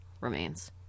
remains